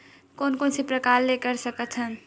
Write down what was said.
कोन कोन से प्रकार ले कर सकत हन?